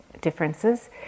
differences